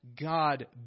God